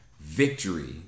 victory